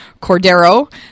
Cordero